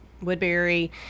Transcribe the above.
Woodbury